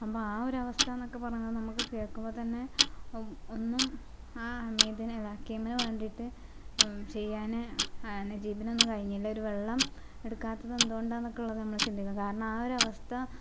അപ്പോൾ ആ ഒരവസ്ഥ എന്നൊക്കെ പറഞ്ഞാൽ നമുക്ക് കേൾക്കുമ്പത്തന്നെ ഒന്നും ആ ഹമീദിനെ ഹക്കീമിന് വേണ്ടീട്ട് ചെയ്യാൻ നജീബിന് ഒന്നും കഴിഞ്ഞില്ല ഒരു വെള്ളം എടുക്കാത്തത് എന്തുകൊണ്ടാന്നുള്ളതൊക്കെ നമ്മൾ ചിന്തിക്കും കാരണം ആ ഒരവസ്ഥ